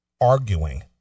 arguing